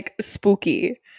spooky